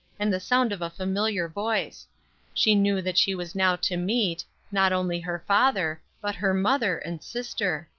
and the sound of a familiar voice she knew that she was now to meet not only her father, but her mother, and sister!